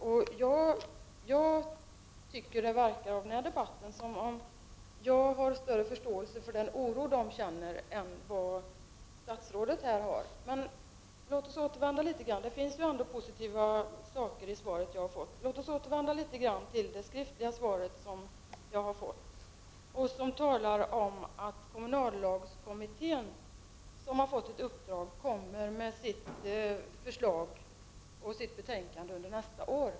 Av denna debatt att döma verkar det som om jag har större förståelse än statsrådet för den oro kommunerna känner. Men det finns ändå positiva inslag i statsrådets svar. Låt oss återvända till det. I svaret sägs att kommunallagskommittén som har fått ett uppdrag kommer med sitt betänkande under nästa år.